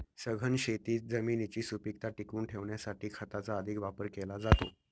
सघन शेतीत जमिनीची सुपीकता टिकवून ठेवण्यासाठी खताचा अधिक वापर केला जातो